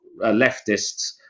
leftists